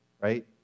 right